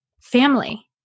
family